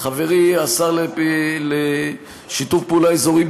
חברי השר לשיתוף פעולה אזורי,